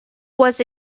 was